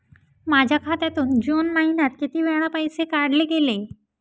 माझ्या खात्यातून जून महिन्यात किती वेळा पैसे काढले गेले?